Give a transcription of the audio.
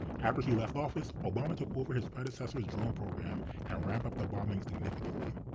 after he left office obama took over his predecessor's drone program and ramped up the bombings significantly.